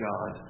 God